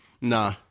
Nah